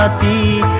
but the